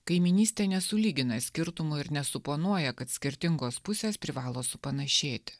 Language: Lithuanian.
kaimynystė nesulygina skirtumų ir nesuponuoja kad skirtingos pusės privalo supanašėti